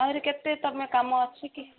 ଆହୁରି କେତେ ତୁମ କାମ ଅଛି କି